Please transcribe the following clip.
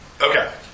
Okay